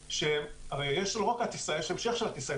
שהרי יש גם המשך של הטיסה,